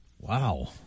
Wow